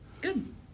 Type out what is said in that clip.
good